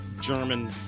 German